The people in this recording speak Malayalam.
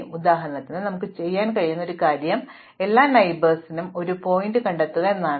ശരി ഉദാഹരണത്തിന് നമുക്ക് ചെയ്യാൻ കഴിയുന്ന ഒരു കാര്യം എല്ലാ അയൽക്കാരെയും ഒരു ശീർഷകം കണ്ടെത്തുക എന്നതാണ്